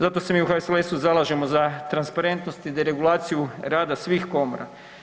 Zato se mi u HSLS-u zalažemo za transparentnost i deregulaciju rada svih komora.